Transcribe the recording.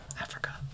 Africa